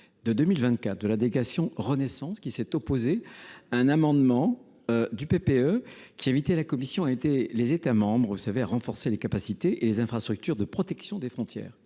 de la délégation Renaissance par lequel celle ci s’est opposée à un amendement du PPE qui invitait la Commission et les États membres à renforcer les capacités et les infrastructures de protection des frontières.